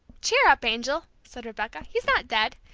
cheer up, angel, said rebecca, he's not dead.